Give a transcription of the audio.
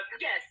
yes